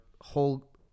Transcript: whole